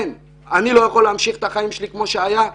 אני לא יכול להמשיך את חיי כמו שהיו,